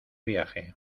viaje